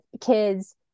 kids